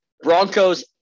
Broncos